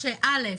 שא',